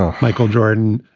ah michael jordan,